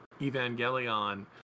evangelion